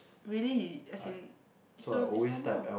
really he as in so is normal